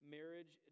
Marriage